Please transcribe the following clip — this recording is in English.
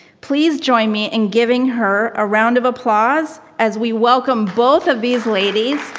please join me in giving her a round of applause as we welcome both of these ladies